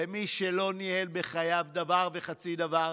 למי שלא ניהל בחייו דבר וחצי דבר,